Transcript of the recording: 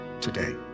today